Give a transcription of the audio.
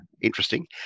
interesting